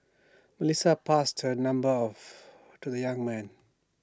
Melissa passed her number of to the young man